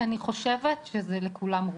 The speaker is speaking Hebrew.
אני חושבת שזה לכולם מורכב.